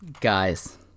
Guys